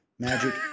Magic